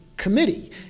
committee